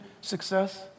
success